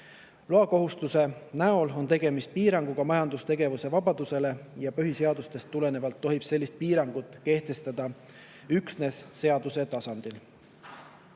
Loakohustuse näol on tegemist piiranguga majandustegevuse vabadusele. Põhiseadusest tulenevalt tohib sellist piirangut kehtestada üksnes seaduse tasandil.